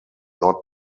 not